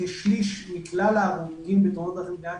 כשליש מכלל ההרוגים בתאונות הדרכים במדינת